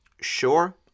sure